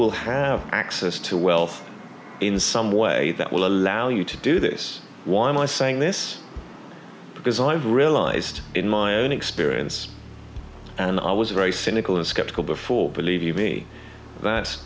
will have access to wealth in some way that will allow you to do this why am i saying this because i've realized in my own experience and i was very cynical and skeptical before believe me that